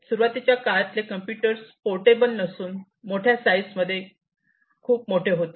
सुरुवातीच्या काळातले computers portable नसून साईजमध्ये खूप मोठे होते